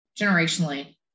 generationally